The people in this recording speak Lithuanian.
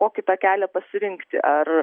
kokį tą kelią pasirinkti ar